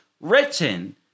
written